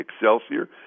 Excelsior